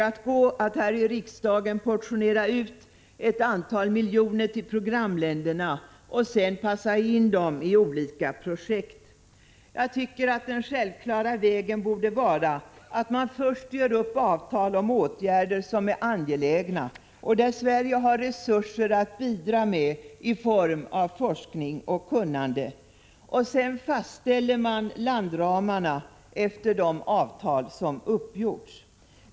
Att här i riksdagen portionera ut ett antal miljoner till programländerna och sedan passa in dem i olika projekt är fel väg att gå. Den självklara vägen borde vara att man först gör upp avtal om åtgärder som är angelägna. Det bör då gälla områden där Sverige har resurser i form av forskning och kunnande. Därefter fastställer man landramarna efter de avtal som gjorts upp.